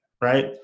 right